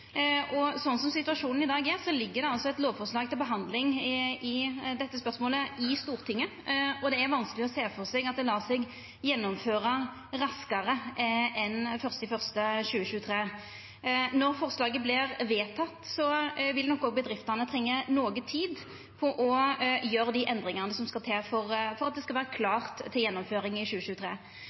Sånn som situasjonen er i dag, ligg det eit lovforslag til behandling om dette spørsmålet i Stortinget, og det er vanskeleg å sjå for seg at det lèt seg gjennomføra raskare enn 1. januar 2023. Når forslaget vert vedteke, vil nok òg bedriftene trenga noko tid på å gjera dei endringane som skal til for at det skal vera klart til gjennomføring i 2023.